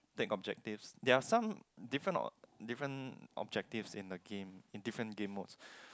take objectives there are some different uh different objectives in the game in different game modes